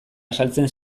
azaltzen